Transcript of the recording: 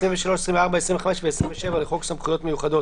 תיקון 10 אומר כך: "תקנות סמכויות מיוחדות